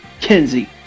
Kenzie